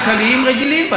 כלכליים רגילים.